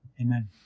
amen